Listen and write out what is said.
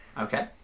Okay